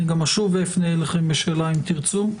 אני גם אשוב ואפנה אליכם בשאלה שאם תרצו.